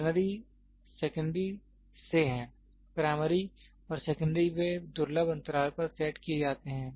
ternary secondary से है primary और सेकेंड्री वे दुर्लभ अंतराल पर सेट किए जाते हैं